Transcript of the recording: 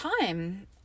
time